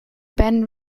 ben